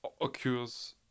occurs